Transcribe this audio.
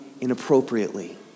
inappropriately